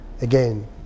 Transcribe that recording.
again